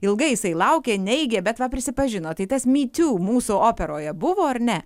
ilgai jisai laukė neigė bet va prisipažino tai tas me too mūsų operoje buvo ar ne